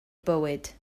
bywyd